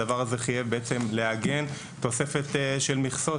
הדבר הזה חייב בעצם לאגם תוספת של מכסות,